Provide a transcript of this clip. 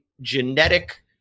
genetic